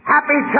Happy